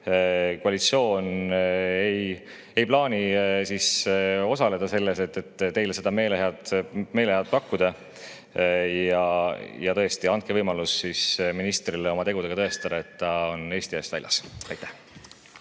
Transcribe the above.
Koalitsioon ei plaani osaleda selles, et teile seda meelehead pakkuda. Tõesti, andke võimalus ministrile oma tegudega tõestada, et ta on Eesti eest väljas. Aitäh!